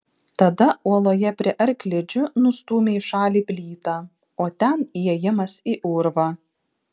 tada uoloje prie arklidžių nustūmė į šalį plytą o ten įėjimas į urvą